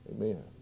Amen